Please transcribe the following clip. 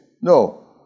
No